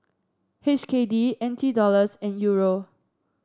H K D N T Dollars and Euro